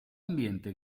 ambiente